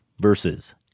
versus